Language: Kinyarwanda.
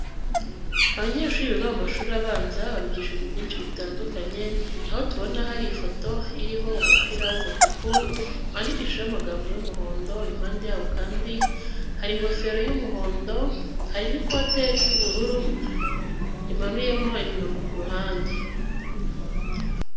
Abanyeshuri biga mu mashuri abanza babigisha ibintu byinshi bitandukanye, aho tubona hari ifoto iriho umupira w'umutuku wandikishijeho amagambo y'umuhondo, impande yawo kandi hari ingofero y'umuhondo, hari n'ikote ry'ubururu rimanuyemo imirongo ku ruhande.